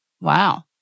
Wow